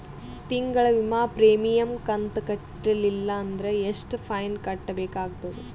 ತಿಂಗಳ ವಿಮಾ ಪ್ರೀಮಿಯಂ ಕಂತ ಕಟ್ಟಲಿಲ್ಲ ಅಂದ್ರ ಎಷ್ಟ ಫೈನ ಕಟ್ಟಬೇಕಾಗತದ?